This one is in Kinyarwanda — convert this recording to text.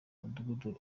mudugudu